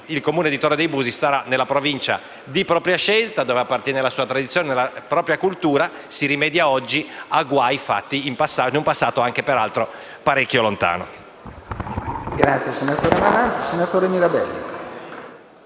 il Comune di Torre de' Busi starà nella Provincia di propria scelta, alla quale appartiene la sua tradizione e la propria cultura. Si rimedia oggi a guai fatti in un passato peraltro parecchio lontano.